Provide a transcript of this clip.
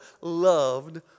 loved